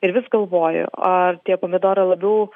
ir vis galvoju ar tie pomidorai labiau